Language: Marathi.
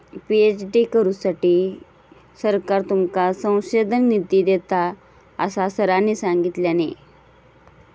पी.एच.डी करुसाठी सरकार तुमका संशोधन निधी देता, असा सरांनी सांगल्यानी